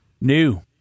new